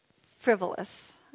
frivolous